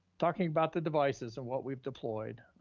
talking about the devices and what we've deployed.